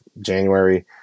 January